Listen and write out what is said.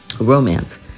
romance